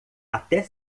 até